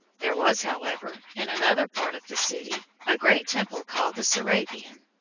there was, however, in another part of the city, a great temple called the serapion.